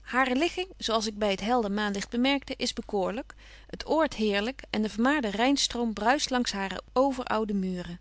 hare ligging zo als ik by het helder maanlicht bemerkte is bekoorlyk het oord heerlyk en de vermaarde rhyn stroom bruischt langs hare overoude muren